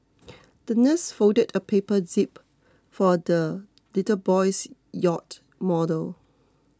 the nurse folded a paper jib for the little boy's yacht model